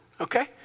okay